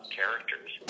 characters